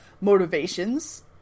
motivations